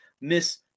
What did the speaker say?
miss